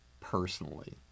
personally